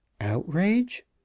Outrage